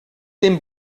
dem